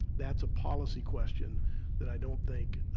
that's a policy question that i don't think